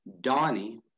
Donnie